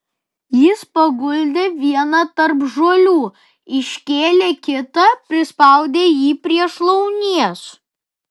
jis paguldė vieną tarp žolių iškėlė kitą prispaudė jį prie šlaunies